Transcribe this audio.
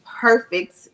perfect